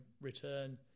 return